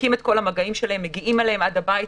בודקים את כל המגעים שלהם, מגיעים אליהם עד הבית.